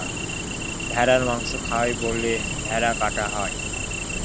ভেড়ার মাংস খায় বলে ভেড়া কাটা হয়